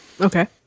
Okay